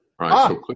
Right